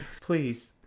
Please